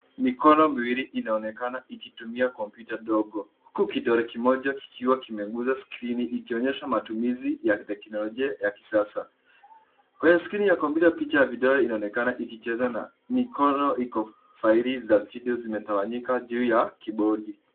Mikono miwili inaonekana ikitumia kompyuta ndogo huku kidole kimoja kikiwa kimeguza skrini ikionyesha matumizi ya kiteknolojia ya kisasa. Kwenye skrini ya kompyuta picha ya vidole inaonekana ikicheza na mikono iko. Faili za ofisi zimetawanyika juu ya kibodi.